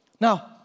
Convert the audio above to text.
Now